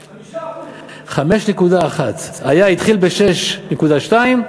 5%. 5.1. התחיל ב-6.2,